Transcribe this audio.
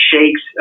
shakes